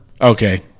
Okay